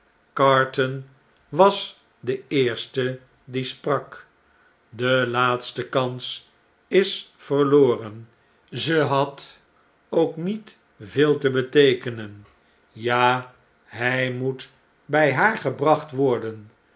carton was de eerste die sprak de laatste kans is verloren ze had ook niet veel te beteekenen ja hjj moet bij haar gebracht worden